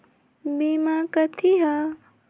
बीमा कथी है?